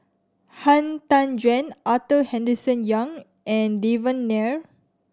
Han Tan Juan Arthur Henderson Young and Devan Nair